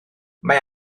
mae